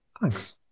Thanks